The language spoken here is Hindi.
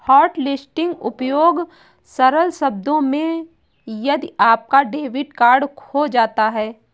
हॉटलिस्टिंग उपयोग सरल शब्दों में यदि आपका डेबिट कार्ड खो जाता है